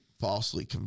falsely